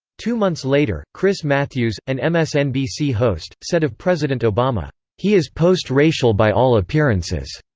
two months later, chris matthews, an msnbc host, said of president obama, he is post-racial by all appearances.